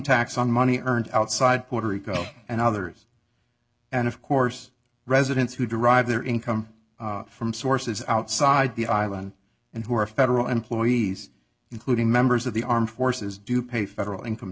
tax on money earned outside puerto rico and others and of course residents who derive their income from sources outside the island and who are federal employees including members of the armed forces do pay federal income